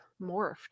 morphed